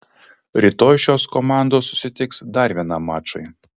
rytoj šios komandos susitiks dar vienam mačui